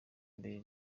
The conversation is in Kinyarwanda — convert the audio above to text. mbere